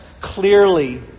clearly